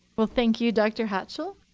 well, thank you, dr. hatchell.